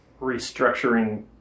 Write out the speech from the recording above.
restructuring